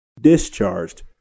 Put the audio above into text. discharged